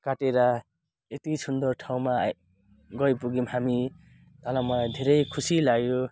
काटेर यति सुन्दर ठाउँमा आई गई पुग्यौँ हामी तर मलाई धेरै खुसी लाग्यो